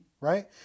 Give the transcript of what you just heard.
Right